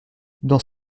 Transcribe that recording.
dans